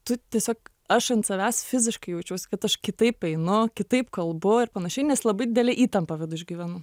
tu tiesiog aš ant savęs fiziškai jaučiausi kad aš kitaip einu kitaip kalbu ir panašiai nes labai didelę įtampą viduj išgyvenu